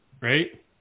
right